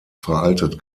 veraltet